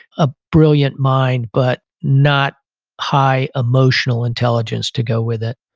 a brilliant mind, but not high emotional intelligence to go with it